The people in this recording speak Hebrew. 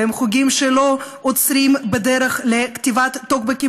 והם חוגים שלא עוצרים בדרך לכתיבת טוקבקים